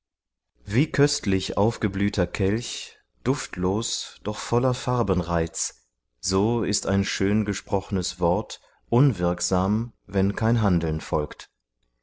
wie köstlich aufgeblühter kelch duftlos doch voller farbenreiz so ist ein schön gesprochnes wort unwirksam wenn kein handeln folgt